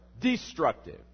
destructive